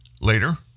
Later